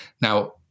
Now